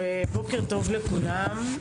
בוקר טוב לכולם.